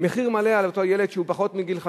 מחיר מלא על אותו ילד שהוא פחות מגיל חמש.